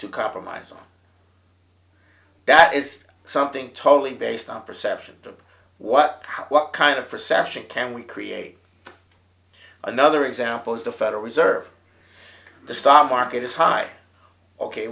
to compromise on that is something totally based on perception of what power what kind of perception can we create another example is the federal reserve the stock market is high ok